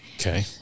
Okay